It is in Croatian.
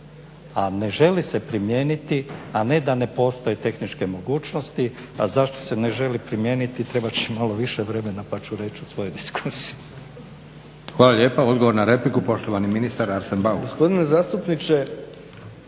A ne želi se primijeniti, a ne da ne postoje tehničke mogućnosti. A zašto se ne želi primijeniti trebat će malo više vremena pa ću reći u svojoj diskusiji. **Leko, Josip (SDP)** Hvala lijepa. Odgovor na repliku poštovani ministar Arsen Bauk.